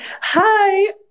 Hi